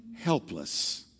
helpless